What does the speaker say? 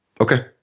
Okay